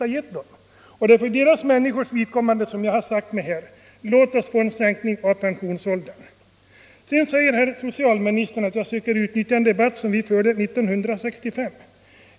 Sänkning av den Det är för dessa människors skull som jag kämpat för att vi bör få en — allmänna pensionssänkning av pensionsåldern. åldern, m.m. Vidare säger socialministern att jag försökte utnyttja en debatt som vi förde 1965.